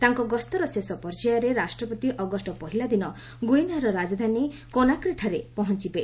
ତାଙ୍କ ଗସ୍ତର ଶେଷ ପର୍ଯ୍ୟାୟରେ ରାଷ୍ଟ୍ରପତି ଅଗଷ୍ଟ ପହିଲା ଦିନ ଗୁଇନିଆର ରାଜଧାନୀ କୋନାକ୍ରୀଠାରେ ପହଞ୍ଚବେ